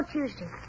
Tuesday